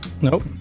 Nope